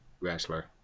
wrestler